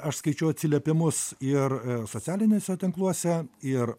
aš skaičiau atsiliepimus ir socialiniuose tinkluose ir